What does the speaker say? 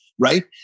Right